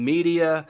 Media